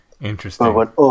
Interesting